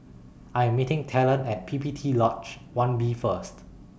I Am meeting Talon At P P T Lodge one B First